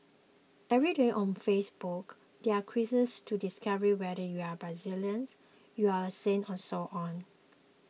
every day on Facebook there are quizzes to discover whether you are Brazilian you are a saint and so on